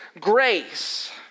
grace